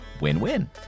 Win-win